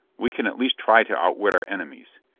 we can at least try to outwit our enemies.